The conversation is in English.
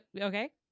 okay